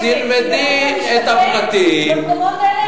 כי מחיר למשתכן במקומות האלה הוא לא,